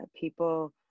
People